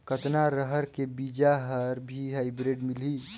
कतना रहर के बीजा हर भी हाईब्रिड मिलही?